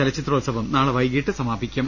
ചലച്ചിത്രോത്സവം നാളെ വൈകിട്ട് സമാപിക്കും